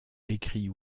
écrit